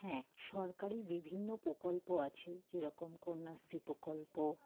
হ্যাঁ সরকারি বিভিন্ন প্রকল্প আছে যেরকম কন্যাশ্রী প্রকল্প